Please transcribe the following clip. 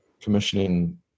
Commissioning